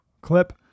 clip